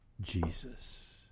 Jesus